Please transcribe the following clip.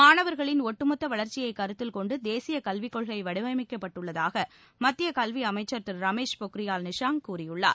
மாணவர்களின் ஒட்டுமொத்த வளர்ச்சியைக் கருத்தில் கொண்டு தேசிய கல்விக் கொள்கை வடிவமைக்கப்பட்டுள்ளதாக மத்திய கல்வியமைச்சர் திரு ரமேஷ் பொக்ரியால் நிஷாங்க் கூறியுள்ளார்